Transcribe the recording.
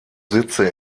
sitze